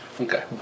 Okay